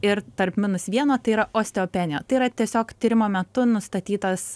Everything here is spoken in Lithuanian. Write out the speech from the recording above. ir tarp minus vieno tai yra osteopenija tai yra tiesiog tyrimo metu nustatytas